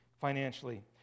financially